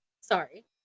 sorry